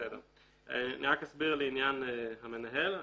אני אסביר לעניין המנהל.